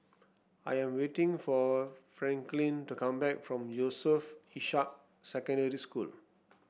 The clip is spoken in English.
I am waiting for Franklyn to come back from Yusof Ishak Secondary School